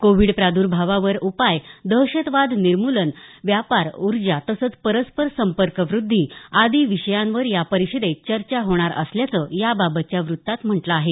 Covid प्रादुर्भावावर उपाय दहशतवाद निर्मुलन व्यापार ऊर्जा तसंच परस्पर संपर्कव्रद्धी आदी विषयांवर या परिषदेत चर्चा होणार असल्याचं याबाबतच्या वृत्तात म्हटलं आहे